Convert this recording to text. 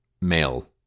male